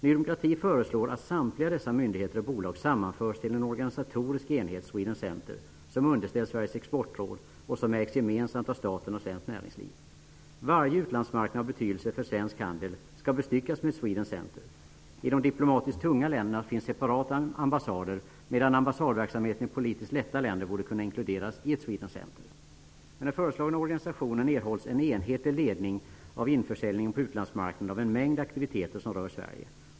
Ny demokrati föreslår att samtliga dessa myndigheter och bolag sammanförs till en organisatorisk enhet -- Sweden Center -- som underställs Sveriges exportråd och som ägs gemensamt av staten och svenskt näringsliv. Varje utlandsmarknad av betydelse för svensk handel skall bestyckas med ett Sweden Center. I de diplomatiskt tunga länderna finns separata ambassader, medan ambassadverksamheten i politiskt lätta länder borde kunna inkluderas i ett Med den föreslagna organisationen erhålls en enhetlig ledning av införsäljningen på utlandsmarknaderna av en mängd aktiviteter som rör Sverige.